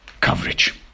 coverage